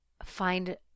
find